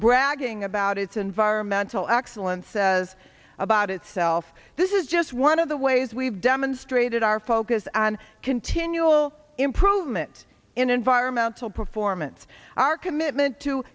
bragging about its environmental excellence says about itself this is just one of the ways we've demonstrated our focus and continual improvement in environ mental performance our commitment to